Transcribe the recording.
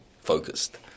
focused